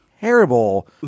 terrible